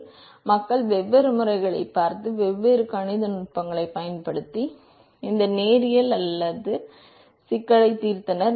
எனவே மக்கள் வெவ்வேறு முறைகளைப் பார்த்து வெவ்வேறு கணித நுட்பங்களைப் பயன்படுத்தி இந்த நேரியல் அல்லாத சிக்கலைத் தீர்த்தனர்